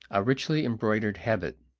a richly embroidered habit,